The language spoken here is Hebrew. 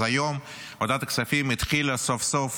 אז היום ועדת הכספים התחילה סוף-סוף